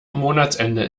monatsende